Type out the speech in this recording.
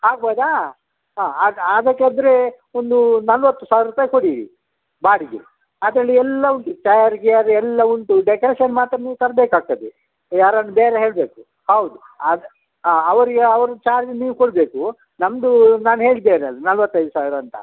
ಆಗ್ಬೋದಾ ಹಾಂ ಆಗ ಆಗಕ್ಕೆ ಆದ್ರೆ ಒಂದು ನಲ್ವತ್ತು ಸಾವಿರ ರೂಪಾಯಿ ಕೊಡಿ ಬಾಡಿಗೆ ಅದರಲ್ಲಿ ಎಲ್ಲ ಉಂಟು ಚ್ಯಾರ್ ಗ್ಯಾರ್ ಎಲ್ಲ ಉಂಟು ಡೆಕ್ರೇಶನ್ ಮಾತ್ರ ನೀವು ತರಬೇಕಾಗ್ತದೆ ಯಾರಾದ್ರ್ ಬೇರೆ ಹೇಳಬೇಕು ಹೌದು ಅದು ಆಂ ಅವರಿಗೆ ಅವ್ರ ಚಾರ್ಜ್ ನೀವೇ ಕೊಡ್ಬೇಕು ನಮ್ದು ನಾನು ಹೇಳಿದ್ದೇನಲ್ಲ ನಲ್ವತ್ತೈದು ಸಾವಿರ ಅಂತ